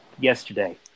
yesterday